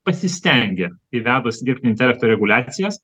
pasistengė įvedus dirbtinio intelekto reguliacijas